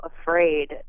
afraid